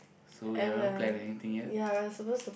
so you haven't planned anything yet